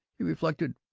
he reflected,